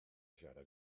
siarad